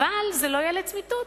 אבל זה לא יהיה לצמיתות.